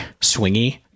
swingy